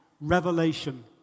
Revelation